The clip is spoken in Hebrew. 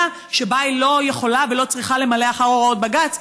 שבה היא לא יכולה ולא צריכה למלא אחר הוראות בג"ץ.